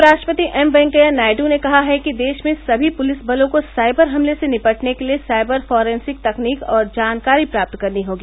उपराष्ट्रपति एम वेंकैया नायडू ने कहा है कि देश में सभी पुलिस बलों को साइबर हमले से निपटने के लिए साइबर फोरेंसिक तकनीक और जानकारी प्राप्त करनी होगी